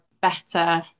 better